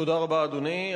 תודה רבה, אדוני.